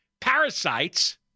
parasites